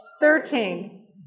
thirteen